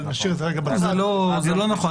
אבל נשאיר את זה רגע בצד --- זה לא נכון.